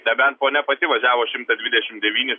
nebent ponia pati važiavo šimtą dvidešim devynis